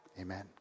Amen